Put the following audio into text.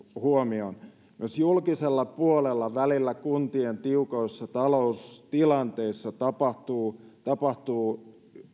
huomioon myös julkisella puolella välillä kuntien tiukoissa taloustilanteissa tapahtuu tapahtuu